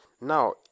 Now